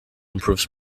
improves